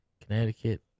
Connecticut